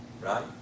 Right